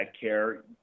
care